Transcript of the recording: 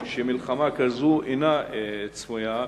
שמלחמה כזו אינה צפויה,